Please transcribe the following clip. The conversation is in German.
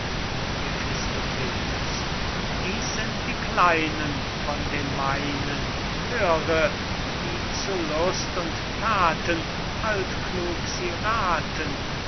dies sind die kleinen von den meinen höre wie zu lust und thaten altklug sie rathen